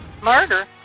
Murder